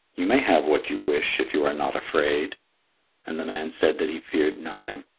you may have what you wish if you are not afraid and the man said that he feared nothing.